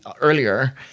earlier